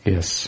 Yes